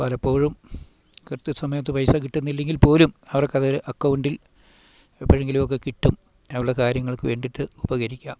പലപ്പോഴും കൃത്യ സമയത്ത് പൈസ കിട്ടുന്നില്ലെങ്കിൽ പോലും അവർക്കത് അക്കൗണ്ടിൽ എപ്പോഴെങ്കിലുമൊക്കെ കിട്ടും അവരുടെ കാര്യങ്ങൾക്ക് വേണ്ടിയിട്ട് ഉപകരിക്കാം